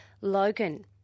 Logan